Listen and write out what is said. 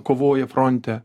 kovoja fronte